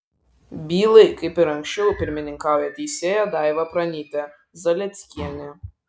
bylai kaip ir anksčiau pirmininkauja teisėja daiva pranytė zalieckienė